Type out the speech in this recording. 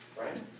right